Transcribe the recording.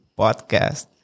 podcast